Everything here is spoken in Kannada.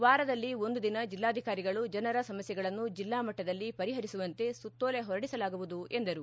ವಾರದಲ್ಲಿ ಒಂದು ದಿನ ಜಿಲ್ಲಾಧಿಕಾರಿಗಳು ಜನರ ಸಮಸ್ಥೆಗಳನ್ನು ಜಿಲ್ಲಾಮಟ್ಟದಲ್ಲಿ ಪರಿಹರಿಸುವಂತೆ ಸುತ್ತೋಲೆ ಹೊರಡಿಸಲಾಗುವುದು ಎಂದರು